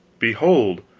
behold,